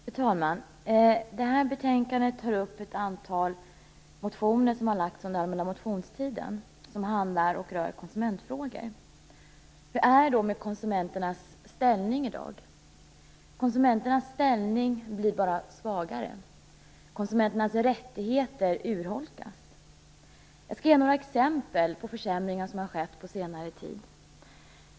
Fru talman! Det här betänkandet tar upp ett antal motioner från den allmänna motionstiden som rör konsumentfrågor. Hur är det med konsumenternas ställning i dag? Konsumenternas ställning blir bara svagare. Konsumenternas rättigheter urholkas. Jag skall ge några exempel på försämringar som skett på senare tid.